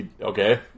Okay